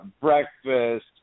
breakfast